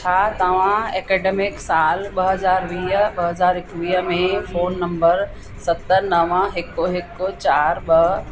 छा तव्हां एकेडिमिक साल ॿ हज़ार वीह ॿ हज़ार एकवीह में फोन नम्बर सत नव हिकु हिकु चारि ॿ